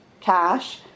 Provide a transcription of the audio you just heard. cash